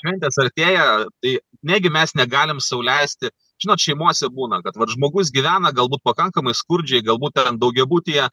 šventės artėja tai negi mes negalim sau leisti žinot šeimose būna kad vat žmogus gyvena galbūt pakankamai skurdžiai galbūt ten daugiabutyje